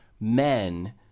men